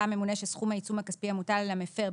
הממונה שסכום העיצום הכספי המוטל על המפר,